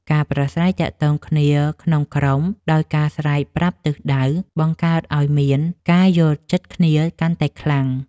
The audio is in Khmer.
ការប្រាស្រ័យទាក់ទងគ្នាក្នុងក្រុមដោយការស្រែកប្រាប់ទិសដៅ បង្កើតឱ្យមានការយល់ចិត្តគ្នាកាន់តែខ្លាំង។